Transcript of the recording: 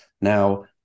Now